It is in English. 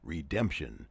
Redemption